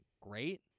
great